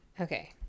Okay